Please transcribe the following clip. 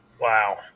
wow